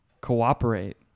cooperate